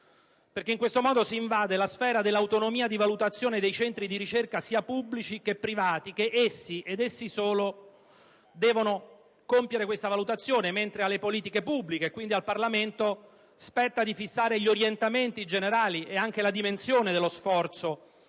meno. In questo modo, infatti, si invade la sfera dell'autonomia di valutazione dei centri di ricerca, sia pubblici che privati, ed essi, essi solo, devono compiere questa valutazione, mentre alle politiche pubbliche e quindi al Parlamento spetta di fissare gli orientamenti generali e anche la dimensione dello sforzo